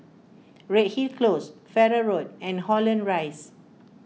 Redhill Close Farrer Road and Holland Rise